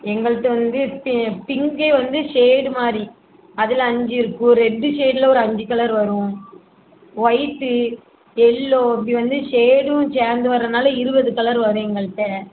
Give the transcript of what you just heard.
எங்கள்கிட்ட வந்து பி பிங்க்கே வந்து ஷேடுமாதிரி அதில் அஞ்சு இருக்கும் ரெட்டு ஷேட்டில் ஒரு அஞ்சி கலர் வரும் வரும் ஒயிட்டு எல்லோ இப்படி வந்து ஷேடும் சேர்ந்து வரனால இருபது கலர் வரும் எங்கள்கிட்ட